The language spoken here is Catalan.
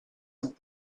amb